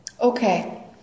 Okay